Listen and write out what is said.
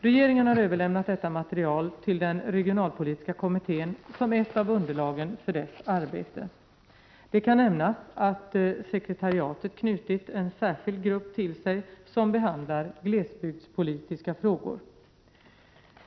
Regeringen har överlämnat detta material till den regionalpolitiska kommittén som ett av underlagen för dess arbete. Det kan nämnas att sekretariatet till sig knutit en särskild grupp som behandlar gelsbygdspolitiska frågor.